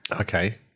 Okay